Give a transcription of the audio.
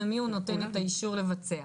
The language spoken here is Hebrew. למי הוא נותן את האישור לבצע,